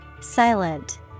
Silent